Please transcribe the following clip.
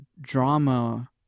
drama